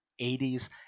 80s